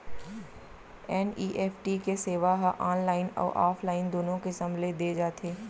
NEFT के सेवा ह ऑनलाइन अउ ऑफलाइन दूनो किसम ले दे जाथे